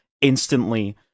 instantly